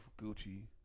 Gucci